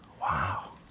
Wow